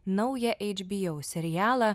naują hbo serialą